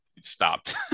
stopped